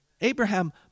Abraham